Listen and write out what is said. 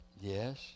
yes